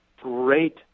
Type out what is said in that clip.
great